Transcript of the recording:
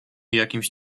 jakimś